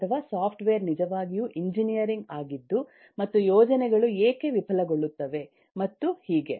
ಅಥವಾ ಸಾಫ್ಟ್ವೇರ್ ನಿಜವಾಗಿಯೂ ಎಂಜಿನಿಯರಿಂಗ್ ಆಗಿದ್ದು ಮತ್ತು ಯೋಜನೆಗಳು ಏಕೆ ವಿಫಲಗೊಳ್ಳುತ್ತವೆ ಮತ್ತು ಹೀಗೆ